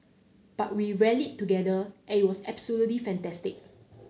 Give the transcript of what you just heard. but we rallied together and it was absolutely fantastic